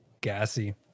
Gassy